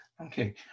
Okay